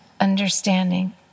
understanding